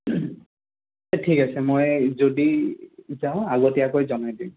ঠিক আছে মই যদি যাওঁ আগতীয়াকৈ জনাই দিম